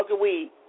weed